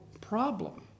problem